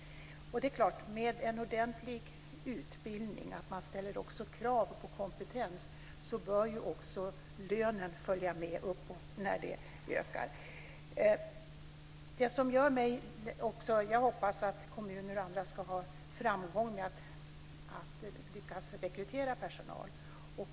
Det är klart att med en ordentlig utbildning och att man ställer krav på kompetens bör också lönen följa med uppåt när det ökar. Jag hoppas att kommuner och andra ska ha framgång med att rekrytera personal.